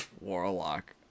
Warlock